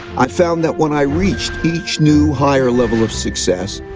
i've found that when i reached each new higher level of success,